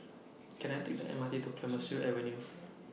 Can I Take The M R T to Clemenceau Avenue